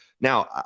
Now